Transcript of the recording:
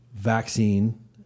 Vaccine